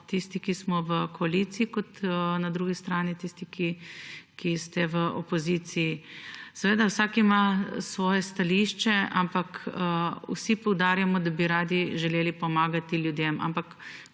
tisti, ki smo v koaliciji, ter na drugi strani tisti, ki ste v opoziciji. Vsak ima svoje stališče, vsi poudarjamo, da bi želeli pomagati ljudem, ampak